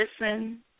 listen